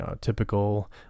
typical